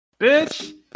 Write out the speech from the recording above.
bitch